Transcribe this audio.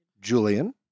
Julian